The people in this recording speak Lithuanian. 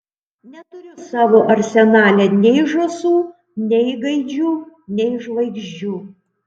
neturiu savo arsenale nei žąsų nei gaidžių nei žvaigždžių